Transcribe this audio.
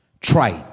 trite